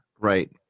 Right